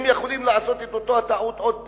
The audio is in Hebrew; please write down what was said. הם יכולים לעשות את אותה הטעות עוד פעם,